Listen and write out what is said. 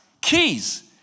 keys